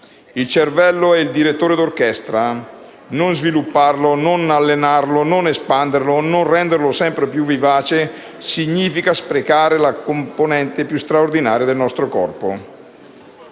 Il cervello è il direttore d'orchestra: non svilupparlo, allenarlo, espanderlo, renderlo sempre più vivace, significa sprecare la componente più straordinaria del nostro corpo».